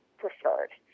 preferred